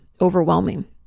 overwhelming